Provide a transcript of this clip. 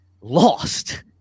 lost